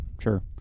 Sure